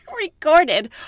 recorded